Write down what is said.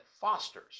fosters